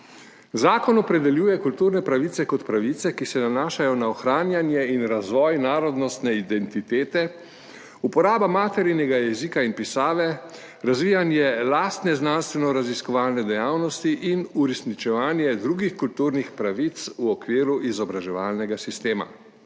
Zakon opredeljuje kulturne pravice kot pravice, ki se nanašajo na ohranjanje in razvoj narodnostne identitete, uporabo materinega jezika in pisave, razvijanje lastne znanstveno-raziskovalne dejavnosti in uresničevanje drugih kulturnih pravic v okviru izobraževalnega sistema,